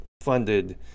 funded